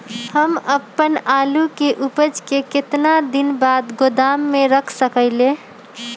हम अपन आलू के ऊपज के केतना दिन बाद गोदाम में रख सकींले?